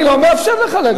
אני לא מאפשר לך.